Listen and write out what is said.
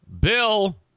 Bill